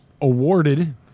awarded